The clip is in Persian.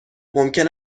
ممکن